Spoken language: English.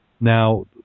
Now